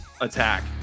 attack